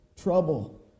trouble